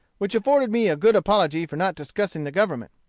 which afforded me a good apology for not discussing the government.